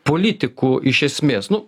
politiku iš esmės nu